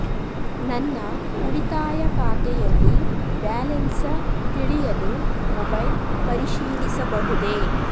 ನನ್ನ ಉಳಿತಾಯ ಖಾತೆಯಲ್ಲಿ ಬ್ಯಾಲೆನ್ಸ ತಿಳಿಯಲು ಮೊಬೈಲ್ ಪರಿಶೀಲಿಸಬಹುದೇ?